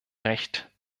recht